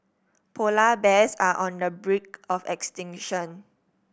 polar bears are on the brink of extinction